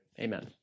Amen